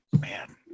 Man